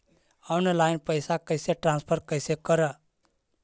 Online पैसा कैसे transfer कैसे कर?